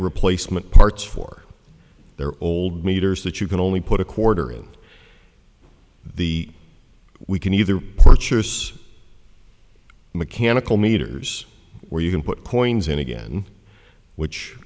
replacement parts for their old meters that you can only put a quarter in the we can either purchasers mechanical meters where you can put coins in again which